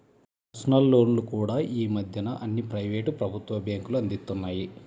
personal లోన్లు కూడా యీ మద్దెన అన్ని ప్రైవేటు, ప్రభుత్వ బ్యేంకులూ అందిత్తన్నాయి